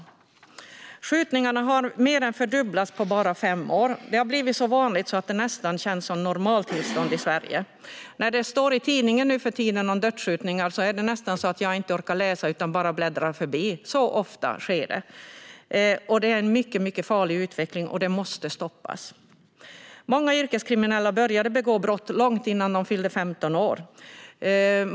Antalet skjutningar har mer än fördubblats på bara fem år. Det har blivit så vanligt att det nästan känns som normaltillstånd i Sverige. När det står i tidningen nu för tiden om dödsskjutningar är det nästan så att jag inte orkar läsa utan bara bläddrar förbi. Så ofta sker det. Detta är en mycket farlig utveckling som måste stoppas. Många yrkeskriminella började begå brott långt innan de fyllde 15 år.